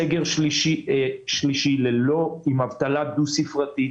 בסגר שלישי, עם אבטלה דו-ספרתית.